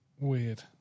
Weird